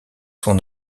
son